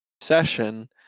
session